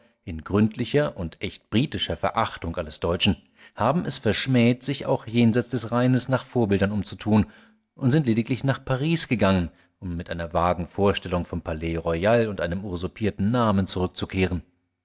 in gründlicher und echtbritischer verachtung alles deutschen haben es verschmäht sich auch jenseits des rheines nach vorbildern umzutun und sind lediglich nach paris gegangen um mit einer vagen vorstellung vom palais royal und einem usurpierten namen zurückzukehren